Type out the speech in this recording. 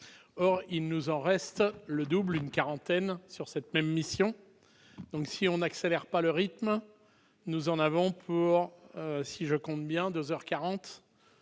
or il nous en reste le double, une quarantaine sur cette même mission, donc si on n'accélère pas le rythme, nous en avons pour si je compte bien 2